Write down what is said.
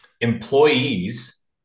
employees